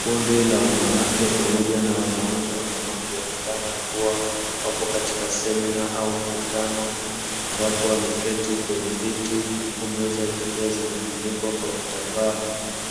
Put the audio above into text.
Kundi la wanawake pamoja na wanaume, wakionekana kuwa wapo katika semina au mkutano. Ambapo wameketi kwenye viti, huku meza zikiwa zimefunikwa kwa vitambaa,